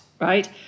right